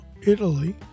Italy